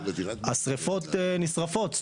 השרפות נשרפות.